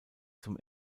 zum